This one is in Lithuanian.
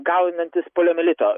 gaunantis poliomielito